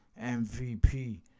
MVP